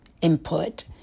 input